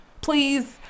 please